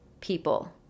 people